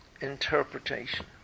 interpretation